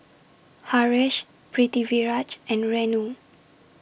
Haresh Pritiviraj and Renu